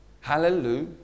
Hallelujah